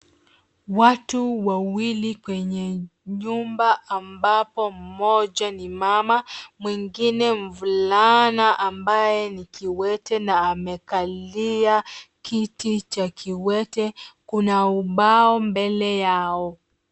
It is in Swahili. Watu wawili kwenye nyumba ambapo mmoja ni mama mwingine mvulana ambaye ni kiwete na amekalia kiti cha kiwete. Kuna ubao mbele yao.